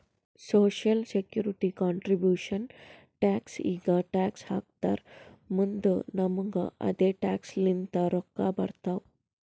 social security contribution tax ಈಗ tax ಹಾಕ್ತಾರ್ ಮುಂದ್ ನಮುಗು ಅದೆ ಟ್ಯಾಕ್ಸ್ ಲಿಂತ ರೊಕ್ಕಾ ಬರ್ತಾವ್